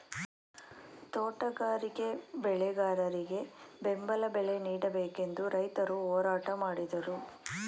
ತೋಟಗಾರಿಕೆ ಬೆಳೆಗಾರರಿಗೆ ಬೆಂಬಲ ಬಲೆ ನೀಡಬೇಕೆಂದು ರೈತರು ಹೋರಾಟ ಮಾಡಿದರು